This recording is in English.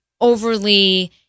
overly